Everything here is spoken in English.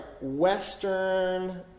Western